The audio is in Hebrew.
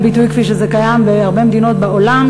ביטוי כפי שזה קיים בהרבה מדינות בעולם,